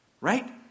right